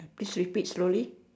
please repeat slowly